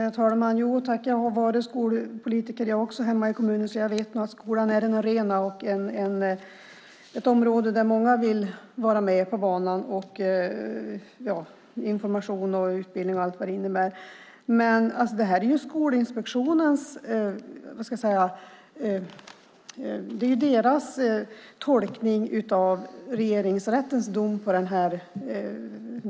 Herr talman! Jo tack, också jag har varit skolpolitiker hemma i kommunen så jag vet nog att skolan är en arena och ett område där många vill vara med på banan. Det handlar om information och utbildning och allt vad det innebär. Detta är Skolinspektionens tolkning av Regeringsrättens dom.